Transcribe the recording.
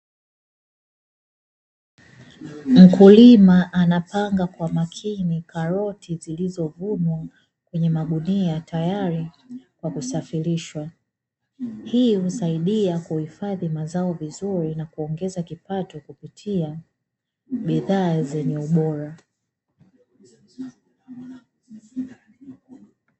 Mkulima anapanga kwa makini karoti zilizovunwa kwenye magunia tayari kwa kusafrishwa. Hii husaidia kuhifadhi mazao vizuri na kuongeza kipato kupitia bidhaa zenye ubora.